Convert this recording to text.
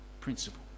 principle